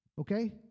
Okay